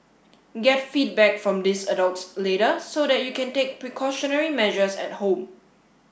get feedback from these adults later so that you can take precautionary measures at home